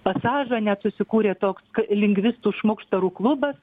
pasažą net susikūrė toks lingvistų šmukštarų klubas